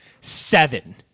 Seven